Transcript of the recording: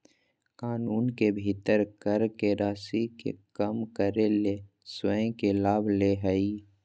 कानून के भीतर कर के राशि के कम करे ले स्वयं के लाभ ले हइ